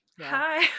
hi